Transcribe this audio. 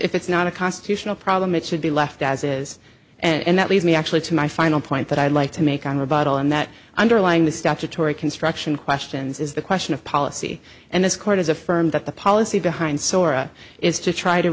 if it's not a constitutional problem it should be left as is and that leads me actually to my final point that i'd like to make on rebuttal and that underlying the statutory construction questions is the question of policy and this court has affirmed that the policy behind sora is to try to